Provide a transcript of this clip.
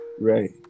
right